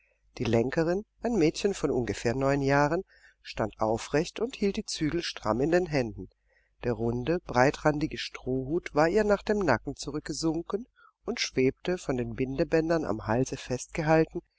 die lenkerin ein mädchen von ungefähr neun jahren stand aufrecht und hielt die zügel stramm in den händen der runde breitrandige strohhut war ihr nach dem nacken zurückgesunken und schwebte von den bindebändern am halse festgehalten